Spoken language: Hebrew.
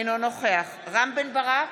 אינו נוכח רם בן ברק,